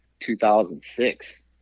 2006